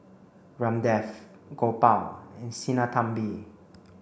Ramdev Gopal and Sinnathamby